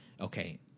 okay